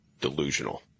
delusional